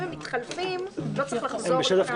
אם הם מתחלפים לא צריך לחזור לכאן.